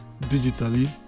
digitally